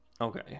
Okay